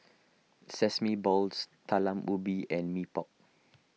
Sesame Balls Talam Ubi and Mee Pok